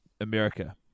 America